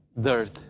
dirt